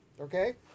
Okay